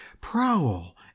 prowl